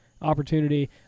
opportunity